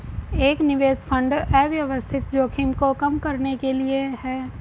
एक निवेश फंड अव्यवस्थित जोखिम को कम करने के लिए है